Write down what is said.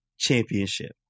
championship